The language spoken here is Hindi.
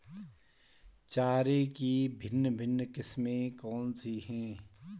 चारे की भिन्न भिन्न किस्में कौन सी हैं?